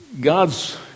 God's